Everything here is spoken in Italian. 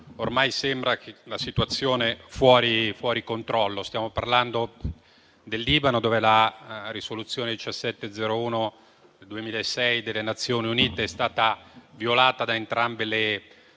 Ormai la situazione sembra fuori controllo. Stiamo parlando, del Libano, dove la risoluzione 1701/2006 delle Nazioni Unite è stata violata da entrambe le